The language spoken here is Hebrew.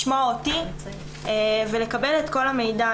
לשמוע אותי ולקבל את כל המידע.